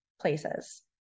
places